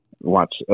watch